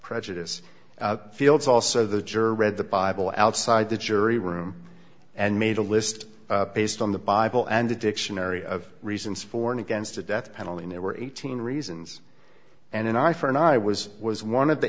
prejudice fields also the jury read the bible outside the jury room and made a list based on the bible and the dictionary of reasons for and against a death penalty and there were eighteen reasons and an eye for an eye was was one of the